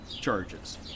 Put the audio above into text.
charges